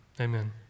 amen